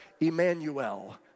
Emmanuel